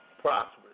prosperous